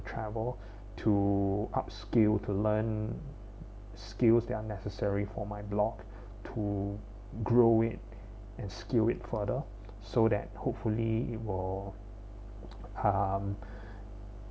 travel to upscale to learn skills that are necessary for my blog to grow it and skill it further so that hopefully it will um